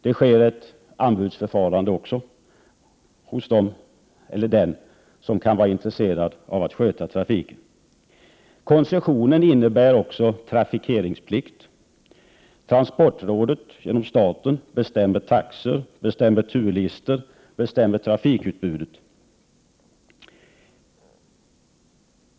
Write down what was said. Det sker ett anbudsförfarande. Koncessionen innebär också trafikeringsplikt. Transportrådet bestämmer taxor, turlistor och trafikutbud.